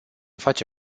face